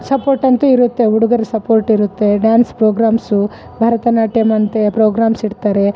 ಸಪೋರ್ಟಂತು ಇರುತ್ತೆ ಹುಡುಗರ ಸಪೋರ್ಟ್ ಇರುತ್ತೆ ಡ್ಯಾನ್ಸ್ ಪ್ರೋಗ್ರಾಮ್ಸು ಭರತನಾಟ್ಯಮ್ ಅಂತ ಪ್ರೋಗ್ರಾಮ್ಸ್ ಇಡ್ತಾರೆ